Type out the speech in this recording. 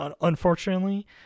unfortunately